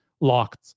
locked